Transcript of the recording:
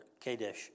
Kadesh